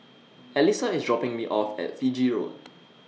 Alysa IS dropping Me off At Fiji Road